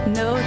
no